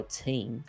team